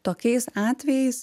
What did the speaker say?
tokiais atvejais